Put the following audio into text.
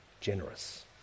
generous